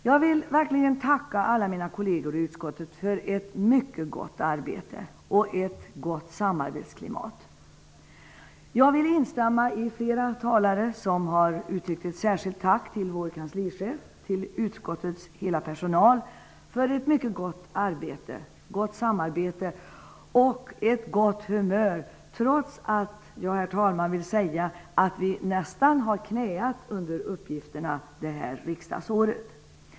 Jag vill verkligen tacka alla mina kolleger i utskottet för ett mycket gott arbete och ett gott samarbetsklimat. Jag vill instämma med flera talare, som har uttryckt ett särskilt tack till vår kanslichef och till utskottets hela personal för ett mycket gott arbete, ett gott samarbete och ett gott humör, trots att vi nästan har knäat under uppgifterna under detta riksdagsår.